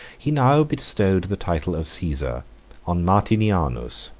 he now bestowed the title of caesar on martinianus,